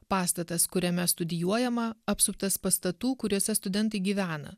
pastatas kuriame studijuojama apsuptas pastatų kuriuose studentai gyvena